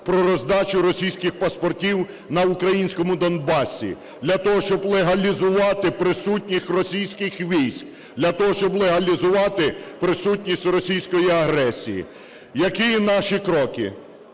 про роздачу російських паспортів на українському Донбасі. Для того, щоб легалізувати присутність російських військ, для того, щоб легалізувати присутність російської агресії. Які наші кроки?